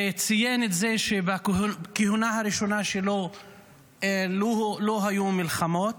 וציין את זה שבכהונה הראשונה שלו לא היו מלחמות,